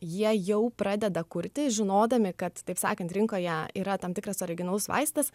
jie jau pradeda kurti žinodami kad taip sakant rinkoje yra tam tikras originalus vaistas